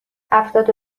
هفتاد